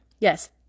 Yes